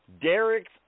Derek's